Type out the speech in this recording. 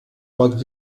pot